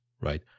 right